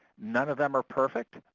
none of them are perfect.